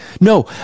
No